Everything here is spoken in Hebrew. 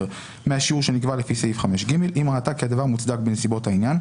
מהשיעור שנקבע לפי סעיף 5ג אם ראתה כי הדבר מוצדק בנסיבות העניין.